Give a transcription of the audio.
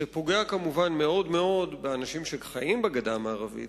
שפוגע מאוד מאוד באנשים שחיים בגדה המערבית,